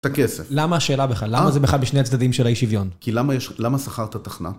את הכסף. למה השאלה בכלל? למה זה בכלל בשני הצדדים של האי שוויון? כי למה שכרת תוכנה?